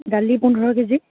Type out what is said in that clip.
দালি পোন্ধৰ কেজি